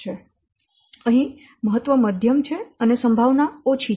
તેથી અહીં મહત્વ મધ્યમ છે અને સંભાવના ઓછી છે